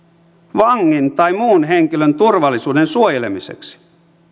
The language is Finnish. vangin tai muun henkilön turvallisuuden suojelemiseksi